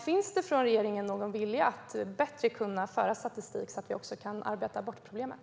Finns det från regeringen någon vilja att bättre kunna föra statistik så att vi kan arbeta bort problemet?